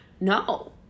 no